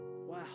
Wow